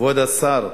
כבוד השר,